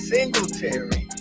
Singletary